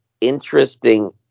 interesting